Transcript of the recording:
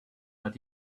but